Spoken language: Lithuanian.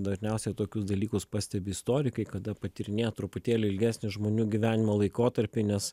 dažniausiai tokius dalykus pastebi istorikai kada patyrinėja truputėlį ilgesnį žmonių gyvenimo laikotarpį nes